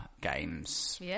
games